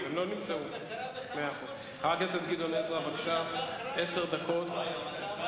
הוא מספר לנו איך שלפו אותו מהפיג'מה העירקית כדי להגיע